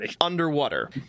underwater